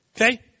Okay